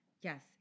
Yes